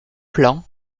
plan